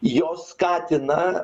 jos skatina